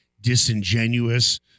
disingenuous